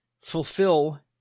fulfill